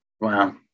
Wow